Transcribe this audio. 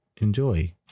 enjoy